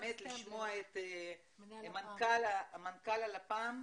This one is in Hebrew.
רוצה לשמוע את מנכ"ל הלפ"מ,